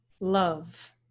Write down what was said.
Love